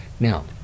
Now